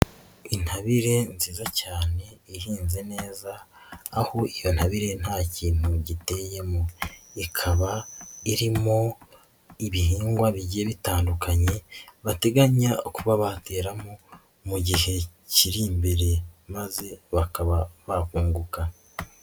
Intabire nziza cyane ihinze neza, aho iyo ntabire nta kintu giteyemo, ikaba irimo ibihingwa bigiye bitandukanye bateganya kuba bateramo mu gihe kiri imbere maze bakaba bakunguka.